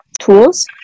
tools